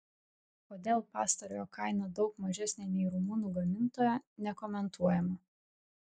kodėl pastarojo kaina daug mažesnė nei rumunų gamintojo nekomentuojama